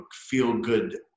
feel-good